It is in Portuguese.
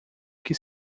que